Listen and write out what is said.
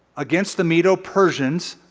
against the medo persians.